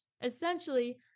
essentially